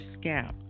scalp